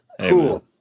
Cool